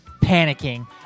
panicking